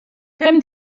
pemp